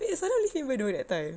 eh salam lives bedok that time